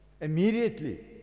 Immediately